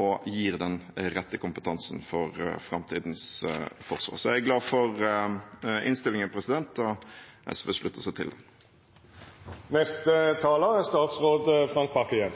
og gir den rette kompetansen for framtidens forsvar. Jeg er glad for innstillingen, og SV slutter seg til den. Endring er vanskelig og utfordrende, og endring engasjerer. Utdanningen i Forsvaret er